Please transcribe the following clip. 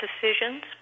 decisions